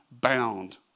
bound